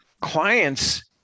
clients